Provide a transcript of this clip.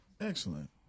Excellent